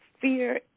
fear